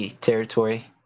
territory